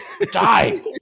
die